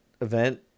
event